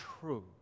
true